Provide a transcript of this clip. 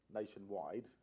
nationwide